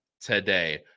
today